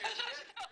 יש הבדל.